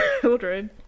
children